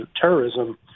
terrorism